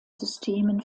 systemen